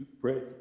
pray